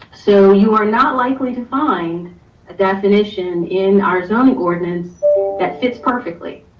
so you are not likely to find a definition in our zoning ordinance that fits perfectly.